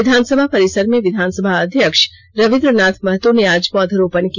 विधानसभा परिसर में विधानसभा अध्यक्ष रवीन्द्रनाथ महतो ने आज पौधरोपण किया